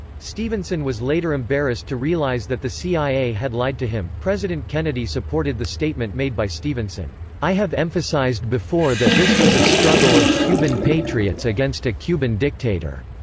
stevenson was later embarrassed to realize that the cia had lied to him president kennedy supported the statement made by stevenson i have emphasized before that this was a struggle of cuban patriots against a cuban dictator.